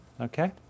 Okay